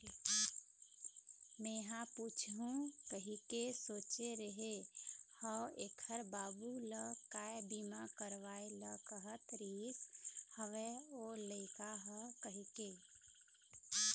मेंहा पूछहूँ कहिके सोचे रेहे हव ऐखर बाबू ल काय बीमा करवाय ल कहत रिहिस हवय ओ लइका ह कहिके